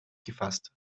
gefasst